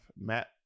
Matt